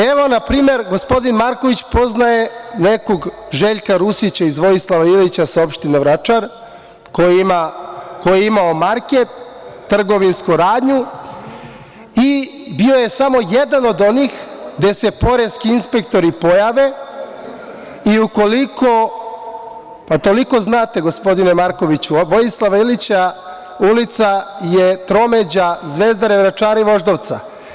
Evo, na primer, gospodin Marković poznaje nekog Željka Rusića iz Vojislava Ilića sa opštine Vračar, koji je imao market, trgovinsku radnju i bio je samo jedan od onih gde se poreski inspektori pojave… (Aleksandar Marković: To je Zvezdara.) Pa, toliko znate, gospodine Markoviću, Vojislava Ilića ulica je tromeđa Zvezdare, Vračara i Voždovca.